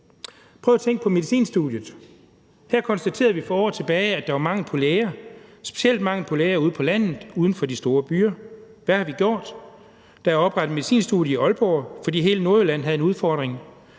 Prøv at tænke på medicinstudiet. Her konstaterede vi for år tilbage, at der var mangel på læger, specielt mangel på læger ude på landet uden for de store byer. Hvad har vi gjort? Der er oprettet et medicinstudie i Aalborg, fordi hele Nordjylland havde en udfordring.